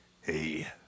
hey